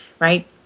right